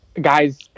guys